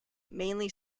mainly